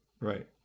right